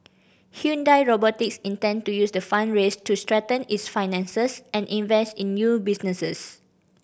Hyundai Robotics intend to use the fund raised to strengthen its finances and invest in new businesses